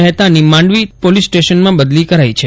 મહેતાની માંડવી પોલીસ સ્ટેશનમાં બદલી કરી છે